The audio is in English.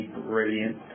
brilliant